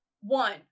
One